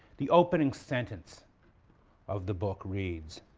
the opening sentence of the book reads